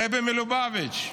הרבי מלובביץ'